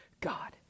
God